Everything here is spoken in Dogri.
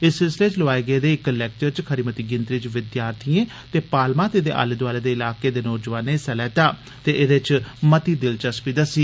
इस सिलसिले च लोआए गेदे इक लेक्चर च खरी मती गिनतरी च विद्यार्थिएं ते पालमा ते एदे आले दोआले दे इलाकें दे नोजवानें हिस्सा लैत्ता ते एदे च मती दिलचस्पी दस्सी